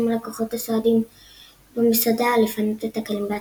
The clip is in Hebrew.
הלקוחות הסועדים במסעדה לפנות את הכלים בעצמם.